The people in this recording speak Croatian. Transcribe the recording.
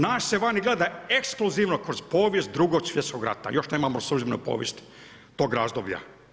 Nas se van gleda ekskluzivno kroz povijest Drugog svjetskog rata, još nemamo službenu povijest tog razdoblja.